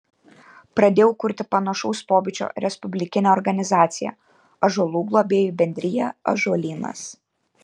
pradėjau kurti panašaus pobūdžio respublikinę organizaciją ąžuolų globėjų bendriją ąžuolynas